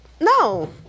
No